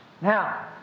now